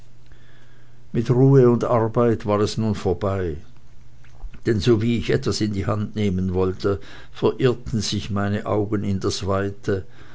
mit ruhe und arbeit war es nun vorbei denn so wie ich etwas in die hand nehmen wollte verirrten sich meine augen in das weite